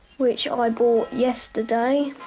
which um i bought yesterday.